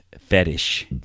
fetish